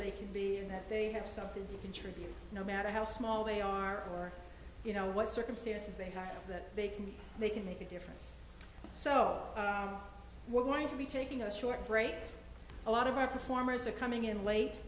they can be that they have something to contribute no matter how small they are or you know what circumstances they are that they can be they can make a difference so we're going to be taking a short break a lot of our performers are coming in late